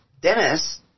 Dennis